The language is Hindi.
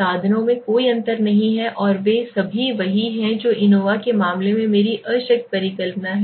साधनों में कोई अंतर नहीं है और वे सभी वही हैं जो एनोवा के मामले में मेरी अशक्त परिकल्पना है